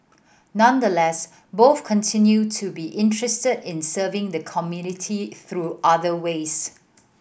nonetheless both continue to be interested in serving the community through other ways